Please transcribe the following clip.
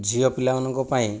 ଝିଅ ପିଲାମାନଙ୍କ ପାଇଁ